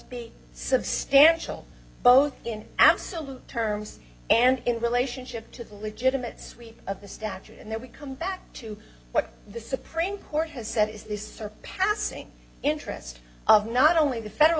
be substantial both in absolute terms and in relationship to the legitimate sweep of the statute and then we come back to what the supreme court has said is the surpassing interest of not only the federal